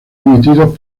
emitidos